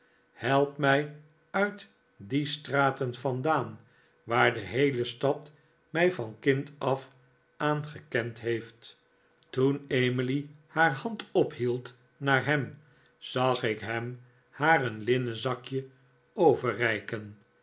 help mij uit die straten vandaan waar de heele stad mij van kind af aan gekend heeft toen emily haar hand ophield naar ham zag ik hem haar een linnen zakje overreiken